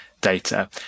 data